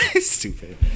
Stupid